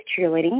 cheerleading